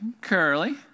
Curly